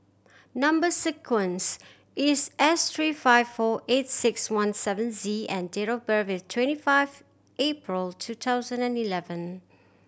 number sequence is S three five four eight six one seven Z and date of birth is twenty five April two thousand and eleven